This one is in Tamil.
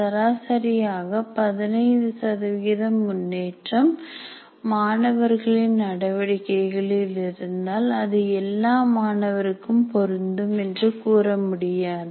சராசரியாக 15 முன்னேற்றம் மாணவர்களின் நடவடிக்கைகளில் இருந்தால் அது எல்லா மாணவருக்கும் பொருந்தும் என்று கூற முடியாது